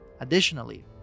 additionally